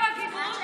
איפה הגיוון?